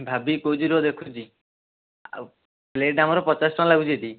ଭାବିକି କହୁଛି ରୁହ ଦେଖୁଛି ଆଉ ପ୍ଳେଟ୍ ଆମର ପଚାଶ ଟଙ୍କା ଲାଗୁଛି ଏଠି